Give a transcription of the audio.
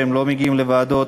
שהם לא מגיעים לוועדות,